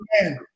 Amen